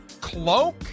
cloak